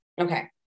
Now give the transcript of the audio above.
Okay